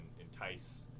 entice